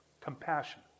compassion